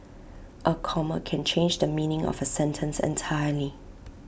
A comma can change the meaning of A sentence entirely